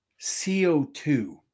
CO2